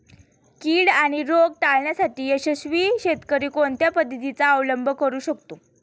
कीड आणि रोग टाळण्यासाठी यशस्वी शेतकरी कोणत्या पद्धतींचा अवलंब करू शकतो?